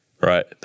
right